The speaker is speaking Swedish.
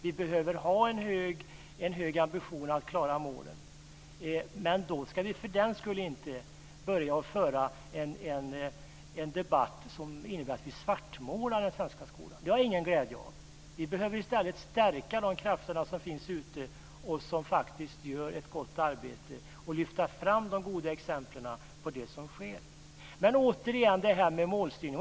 Vi behöver ha en hög ambition när det gäller att klara målen. Men då ska vi inte för den skull börja föra en debatt som innebär att vi svartmålar den svenska skolan. Det har ingen glädje av. Vi behöver stärka de krafter som finns ute och som faktiskt gör ett gott arbete. Vi behöver lyfta fram de goda exemplen på vad som sker. Men åter till det här med målstyrning.